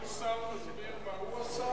כל שר מסביר מה הוא עשה?